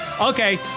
okay